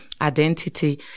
identity